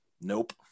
nope